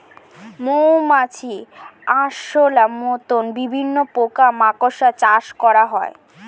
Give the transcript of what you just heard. মৌমাছি, আরশোলার মত বিভিন্ন পোকা মাকড় চাষ করা হয়